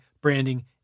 branding